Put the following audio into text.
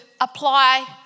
apply